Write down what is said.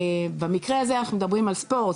במקרה הזה אנחנו מדברים על ספורט,